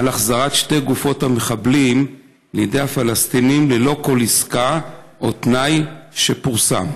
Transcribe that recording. על החזרת שתי גופות המחבלים לידי הפלסטינים ללא כל עסקה או תנאי שפורסם.